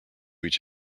each